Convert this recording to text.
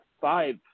five